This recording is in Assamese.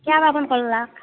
কিয় বা ফোন কৰলাক